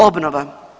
Obnova.